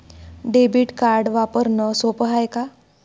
Debit card वापरणं सोप हाय का?